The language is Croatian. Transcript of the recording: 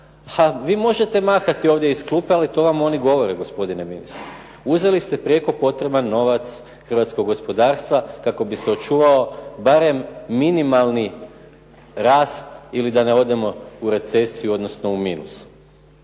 Vi možete mahati ovdje iz klupe, ali to vam oni govore gospodine ministre. Uzeli ste prijeko potreban novac hrvatskog gospodarstva kako bi se očuvao barem minimalni rast ili da ne odemo u recesiju odnosno u minus.